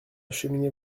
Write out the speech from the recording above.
cheminée